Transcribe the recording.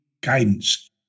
guidance